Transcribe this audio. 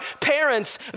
parents